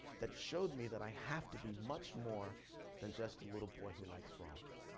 that showed me that i have to be much more than just a little boy who likes frogs.